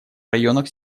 районах